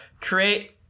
create